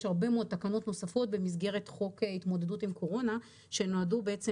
יש הרבה מאוד תקנות נוספות במסגרת חוק ההתמודדות עם קורונה שנועדו בעצם